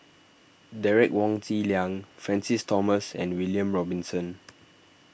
Derek Wong Zi Liang Francis Thomas and William Robinson